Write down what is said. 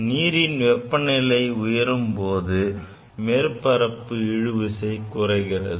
நீரின் வெப்பநிலை உயரும்போது மேற்பரப்பு இழுவிசை குறைகிறது